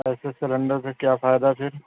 ایسے سلینڈر کا کیا فائدہ پھر